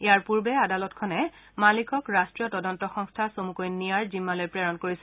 ইয়াৰ পূৰ্বে আদালতখনে মালিকক ৰাট্টীয় তদন্ত সংস্থা চমুকৈ নিয়াৰ জিম্মালৈ প্ৰেৰণ কৰিছিল